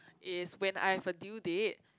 is when I have a due date